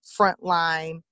frontline